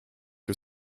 que